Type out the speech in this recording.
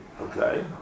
Okay